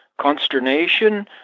consternation